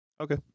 Okay